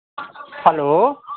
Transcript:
hello